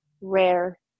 rare